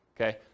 okay